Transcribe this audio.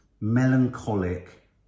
melancholic